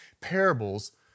parables